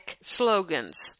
slogans